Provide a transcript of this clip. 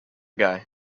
guy